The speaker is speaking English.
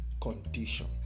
condition